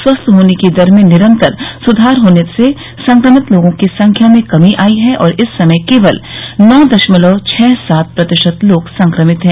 स्वस्थ होने की दर में निरंतर सुधार होने से संक्रमित लोगों की संख्या में कमी आई है और इस समय केवल नौ दशमलव छह सात प्रतिशत लोग संक्रमित हैं